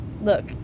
Look